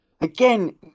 again